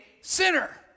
sinner